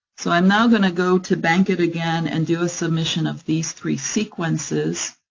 so i'm now going to go to bankit again, and do a submission of these three sequences.